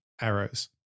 arrows